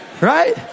Right